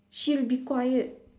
she'll be quiet